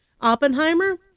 Oppenheimer